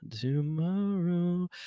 tomorrow